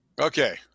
Okay